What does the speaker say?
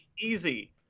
easy